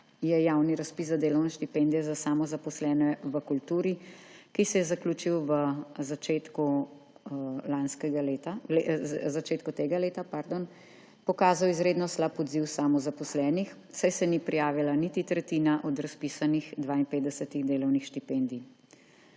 je javni razpis za delovne štipendije za samozaposlene v kulturi, ki se je zaključil v začetku lanskega leta, v začetku tega leta, pardon, pokazal izredno slab odziv samozaposlenih, saj se ni prijavila niti tretjina od razpisanih 52 delovnih štipendij.